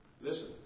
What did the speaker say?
Listen